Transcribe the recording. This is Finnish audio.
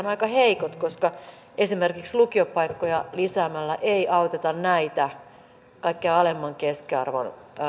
aika heikot koska esimerkiksi lukiopaikkoja lisäämällä ei auteta näitä kaikkein alimman keskiarvon